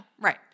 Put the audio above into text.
Right